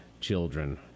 children